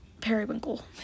periwinkle